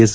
S